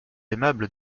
aimable